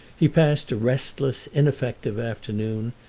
he passed a restless, ineffective afternoon,